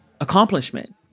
accomplishment